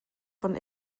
von